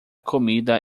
comida